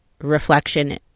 reflection